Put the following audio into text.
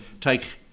take